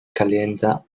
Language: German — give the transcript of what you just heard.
kalender